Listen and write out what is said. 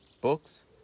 books